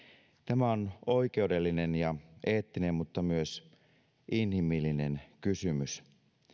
tämä on oikeudellinen ja eettinen mutta myös inhimillinen kysymys